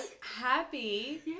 happy